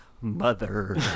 Mother